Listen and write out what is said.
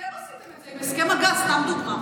אתם עשיתם את זה עם הסכם הגז, סתם דוגמה.